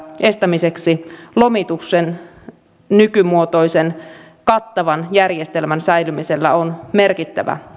estämiseksi lomituksen nykymuotoisen kattavan järjestelmän säilymisellä on merkittävä